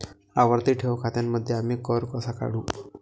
आवर्ती ठेव खात्यांमध्ये आम्ही कर कसा काढू?